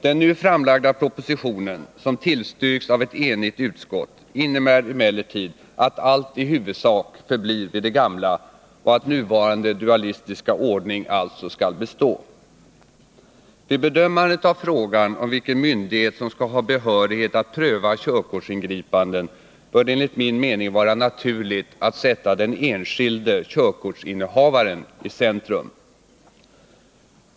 Den nu framlagda propositionen, som tillstyrkts av ett enigt utskott, innebär emellertid att allt i huvudsak förblir vid det gamla och att nuvarande dualistiska ordning alltså skall bestå. Vid bedömandet av frågan om vilken myndighet som skall ha behörighet att pröva körkortsingripanden bör det enligt min mening vara naturligt att sätta den enskilde körkortsinnehavaren i centrum.